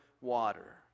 water